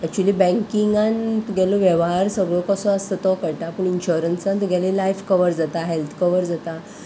actually बँकिंगान तुगेलो वेव्हार सगळो कसो आसता तो कळटा पूण इन्शुरंसान तुगेली लायफ कवर जाता हेल्थ कवर जाता